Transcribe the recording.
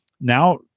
Now